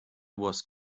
was